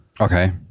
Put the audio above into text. Okay